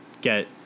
get